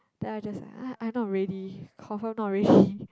then I just like I I'm not ready confirm not ready